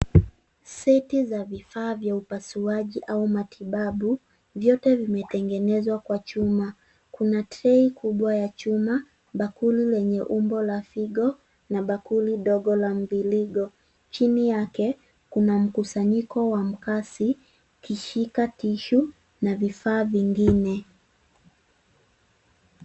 Seti za vifaa vya upasuaji au matibabu. vyote vimetengenezwa kwa chuma. Kuna trei kubwa ya chuma, bakuli lenye umbo la figo na bakuli ndogo la mviringo. Chini yake kuna mkusanyiko wa makasi, kishika tishu na vifaa vingine.